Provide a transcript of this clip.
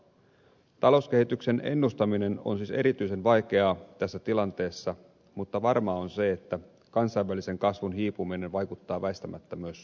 talouskehityksen ennustaminen on siis erityisen vaikeaa tässä tilanteessa mutta varmaa on se että kansainvälisen kasvun hiipuminen vaikuttaa väistämättä myös suomeen